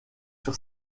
sur